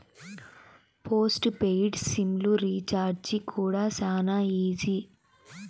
post paid SIM లు recharge కూడా శానా ఈజీ